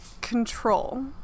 Control